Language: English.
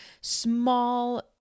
small